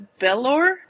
Belor